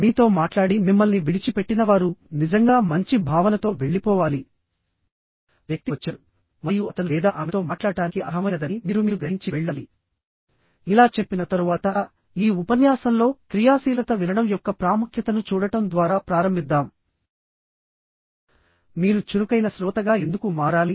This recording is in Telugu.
మీతో మాట్లాడి మిమ్మల్ని విడిచిపెట్టిన వారు నిజంగా మంచి భావనతో వెళ్లిపోవాలి వ్యక్తి వచ్చాడు మరియు అతను లేదా ఆమెతో మాట్లాడటానికి అర్హమైనదని మీరు మీరు గ్రహించి వెళ్ళాలి ఇలా చెప్పిన తరువాత ఈ ఉపన్యాసంలో క్రియాశీలత వినడం యొక్క ప్రాముఖ్యతను చూడటం ద్వారా ప్రారంభిద్దాం మీరు చురుకైన శ్రోతగా ఎందుకు మారాలి